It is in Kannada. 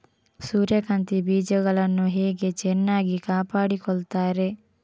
ಸೂರ್ಯಕಾಂತಿ ಬೀಜಗಳನ್ನು ಹೇಗೆ ಚೆನ್ನಾಗಿ ಕಾಪಾಡಿಕೊಳ್ತಾರೆ?